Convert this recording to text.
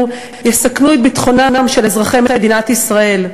יסכנו את ביטחונם של אזרחי מדינת ישראל.